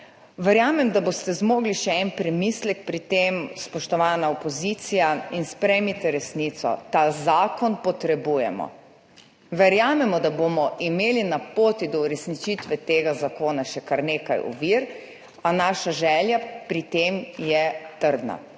Verjamem, da boste zmogli še en premislek pri tem, spoštovana opozicija, in sprejmite resnico – ta zakon potrebujemo. Verjamemo, da bomo imeli na poti do uresničitve tega zakona še kar nekaj ovir, a naša želja pri tem je trdna